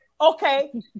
okay